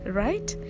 right